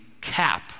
cap